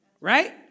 Right